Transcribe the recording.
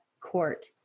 court